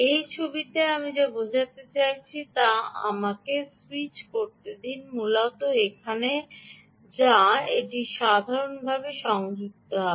এই ছবিতে আমি যা বোঝাতে চাইছি তা আমাকে স্যুইচ করতে দিন মূলত এখানে যা এটি ভালভাবে সংযুক্ত হবে